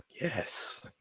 Yes